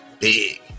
big